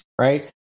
right